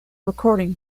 recording